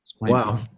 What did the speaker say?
Wow